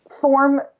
form